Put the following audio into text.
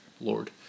lord